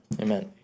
Amen